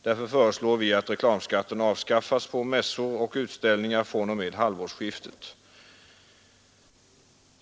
Därför föreslår vi att reklamskatten avskaffas på mässor och utställningar fr.o.m. halvårsskiftet.